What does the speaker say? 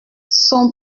son